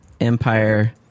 empire